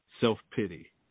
self-pity